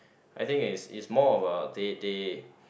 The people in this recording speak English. I think it's it's more of a they they